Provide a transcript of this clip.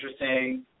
interesting